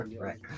right